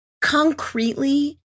concretely